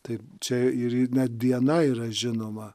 tai čia ir net diena yra žinoma